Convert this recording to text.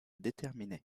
déterminer